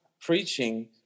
preaching